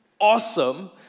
awesome